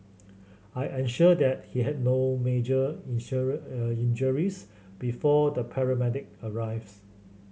I ensured that he had no major injuries before the paramedic arrives